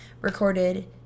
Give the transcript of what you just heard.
recorded